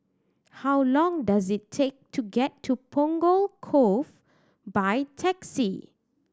how long does it take to get to Punggol Cove by taxi